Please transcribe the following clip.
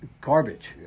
garbage